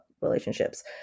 relationships